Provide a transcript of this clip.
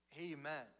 Amen